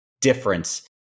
difference